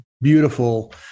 beautiful